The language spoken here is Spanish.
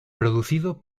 producido